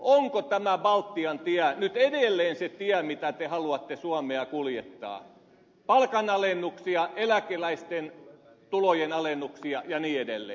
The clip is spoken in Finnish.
onko tämä baltian tie nyt edelleen se tie mitä te haluatte suomea kuljettaa palkanalennuksia eläkeläisten tulojen alennuksia ja niin edelleen